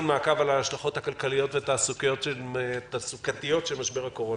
מעקב על ההשלכות הכלכליות והתעסוקתיות של משבר הקורונה.